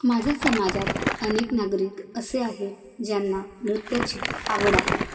माझ्या समाजात अनेक नागरिक असे आहेत ज्यांना नृत्याची आवड आहे